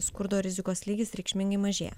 skurdo rizikos lygis reikšmingai mažėja